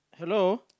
Hello